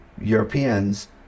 Europeans